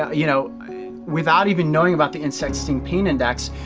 you know without even knowing about the insect sting pain index.